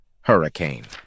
Hurricane